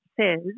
says